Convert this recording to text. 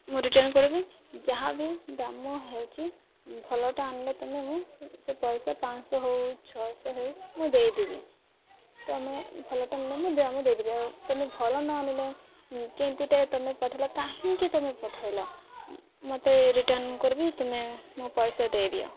ମୁଁ ରିଟର୍ଣ୍ଣ କରିବି ଯାହାବି ଦାମ୍ ହେଉଛି ଭଲଟା ଆଣିଲେ ତୁମେ ମୁଁ ସେ ପଇସା ପାଞ୍ଚଶହ ହଉ ଛଅଶହ ହେଉ ମୁଁ ଦେଇଦେବି ତୁମେ ଭଲଟା ଆଣିଲେ ମୁଁ ଦାମ ଦେଇଦେବି ଆଉ ତୁମେ ଭଲ ନ ଆଣିଲେ କେମିତିଟା ତୁମେ ପଠେଇଲ କାହିଁକି ତୁମେ ପଠେଇଲ ମୋତେ ରିଟର୍ଣ୍ଣ କରିବି ତୁମେ ମୋ ପଇସା ଦେଇଦିଅ